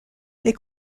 les